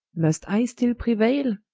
must i still preuayle,